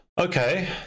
Okay